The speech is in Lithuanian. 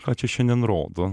ką čia šiandien rodo